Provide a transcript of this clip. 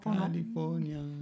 California